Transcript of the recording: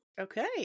Okay